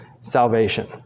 salvation